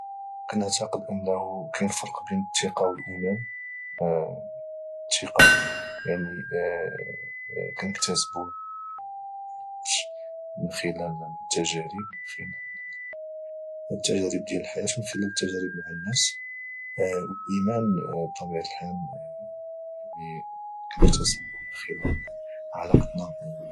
كنعتقد انه كاين فرق بين الثقة والايمان الثقة يعني كنكتاسبوها يعني مع الوقت من خلال التجارب مع الن اما الايمان بطبيعة الحال كنكتاسبوه من خلال علاقتنا مع الله